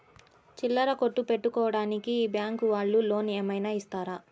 చిల్లర కొట్టు పెట్టుకోడానికి బ్యాంకు వాళ్ళు లోన్ ఏమైనా ఇస్తారా?